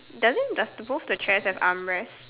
doesn't does both the chairs have arm rest